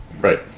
Right